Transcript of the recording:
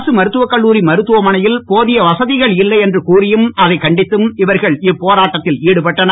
அரசு மருத்துவக் கல்லூரி மருத்துவமனையில் போதிய வசதிகள் இல்லை என்று கூறியும் அதைக் கண்டித்தும் இவர்கள் இப்போராட்டத்தில் ஈடுபட்டனர்